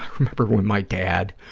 remember when my dad,